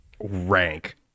rank